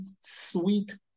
sweet